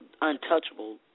untouchable